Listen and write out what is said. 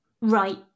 right